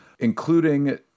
including